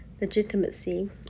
legitimacy